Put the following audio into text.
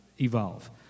evolve